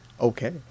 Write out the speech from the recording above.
Okay